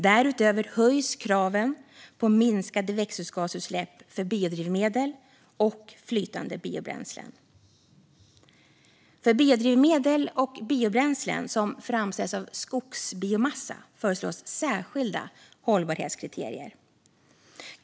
Därutöver höjs kraven på minskade växthusgasutsläpp för biodrivmedel och flytande biobränslen För biodrivmedel och biobränslen som framställs av skogsbiomassa föreslås särskilda hållbarhetskriterier.